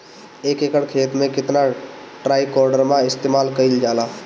एक एकड़ खेत में कितना ट्राइकोडर्मा इस्तेमाल कईल जाला?